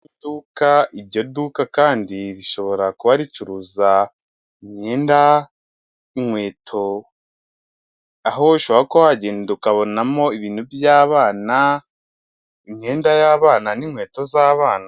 Iduka, iryo duka kandi rishobora kuba ricuruza imyenda, inkweto aho ushobora kuba wagenda ukabonamo ibintu by'abana, imyenda y'abana n'inkweto z'abana.